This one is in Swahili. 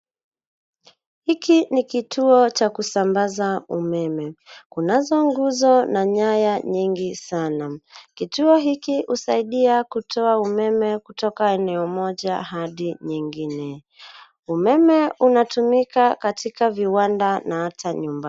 Hiki ni kituo cha kusambaza umeme. Kunazo nguzo na nyaya nyingi sana. Kituo hiki husaidia kutoa umeme kutoka eneo moja hadi nyingine. Umeme unatumika katika viwanda na hata nyumbani.